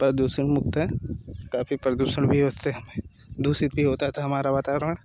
प्रदुषण मुक्त है काफी प्रदुषण भी होते है दूषित भी होता था हमारा वातावरण